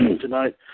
tonight